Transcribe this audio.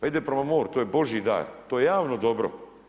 Ide prema moru, to je Božji dar, to je javno dobro.